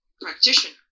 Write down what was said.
practitioner